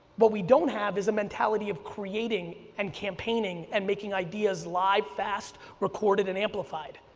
what we don't have as a mentality of creating and campaigning and making ideas live, fast, recorded, and amplified.